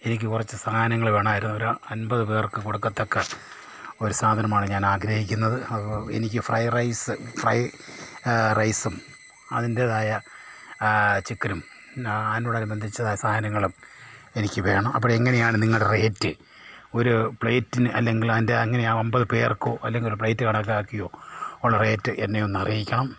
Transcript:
എനിക്ക് കുറച്ച് സാനങ്ങൾ വേണമായിരുന്നു ഒരു ആ അൻപത് പേർക്ക് കൊടുക്കത്തക്ക ഒരു സാധനമാണ് ഞാനാഗ്രഹിക്കുന്നത് അപ്പം എനിക്ക് ഫ്രൈ റൈസ് ഫ്രൈ റൈസും അതിൻ്റേതായ ചിക്കനും അതിനോട് അനുബന്ധിച്ച സാനങ്ങളും എനിക്ക് വേണം അപ്പോഴെങ്ങനെയാണ് നിങ്ങളുടെ റേറ്റ് ഒരു പ്ലേറ്റിന് അല്ലെങ്കിൽ അതിന്റെ എങ്ങനെയാണ് ഒമ്പത് പേർക്കോ അല്ലെങ്കിൽ പ്ലേറ്റ് കണക്കാക്കിയോ ഉള്ള റേറ്റ് എന്നെ ഒന്ന് അറിയിക്കണം